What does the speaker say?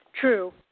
True